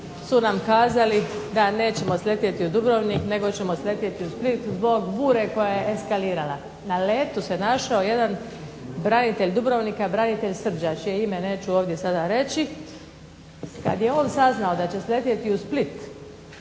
su nam kazali da nećemo sletjeti u Dubrovnik nego ćemo sletjeti u Split zbog bure koja je eskalirala. Na letu se našao jedan branitelj Dubrovnika, branitelj …/Ne razumije se./… je ime, neću ovdje sada reći. Kad je on saznao da će sletjeti u Split